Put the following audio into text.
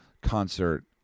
concert